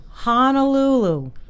Honolulu